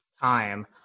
Time